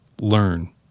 learn